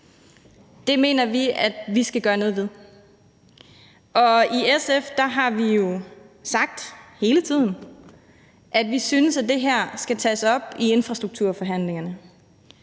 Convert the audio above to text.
Det mener vi at vi skal gøre noget ved, og i SF har vi jo sagt hele tiden, at vi synes, at det her skal tages op i infrastrukturforhandlingerne.